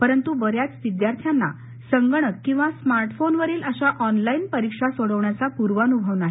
परंतु बऱ्याच विद्यार्थ्यांना संगणक किंवा स्मार्टफोनवरील अशा ऑनलाईन परीक्षा सोडविण्याचा पूर्वानुभव नाही